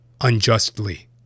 unjustly